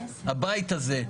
הבית הזה,